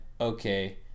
Okay